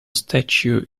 statue